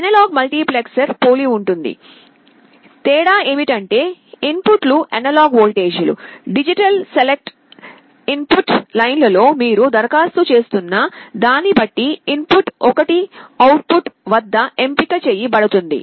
analogue multiplexer పోలి ఉంటుంది తేడా ఏమిటంటే ఇన్ పుట్లు అనలాగ్ వోల్టేజీలు డిజిటల్ సెలెక్ట్ ఇన్ పుట్ లైన్లలో మీరు దరఖాస్తు చేస్తున్న దాన్ని బట్టి ఇన్ పుట్ ఒకటి అవుట్ పుట్ వద్ద ఎంపిక చేయ బడుతుంది